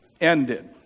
ended